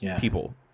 people